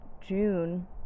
June